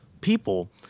people